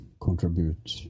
contribute